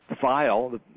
file